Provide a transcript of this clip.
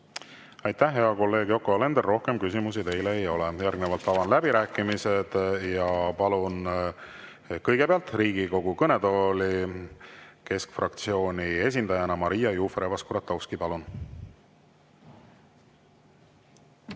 Aitäh, hea kolleeg Yoko Alender! Rohkem küsimusi teile ei ole. Järgnevalt avan läbirääkimised ja palun kõigepealt Riigikogu kõnetooli keskfraktsiooni esindajana Maria Jufereva-Skuratovski. Palun!